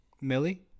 Millie